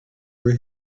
were